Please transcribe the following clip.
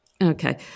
Okay